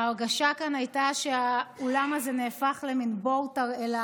ההרגשה כאן הייתה שהאולם הזה נהפך למין בור תרעלה.